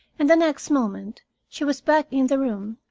and the next moment she was back in the room.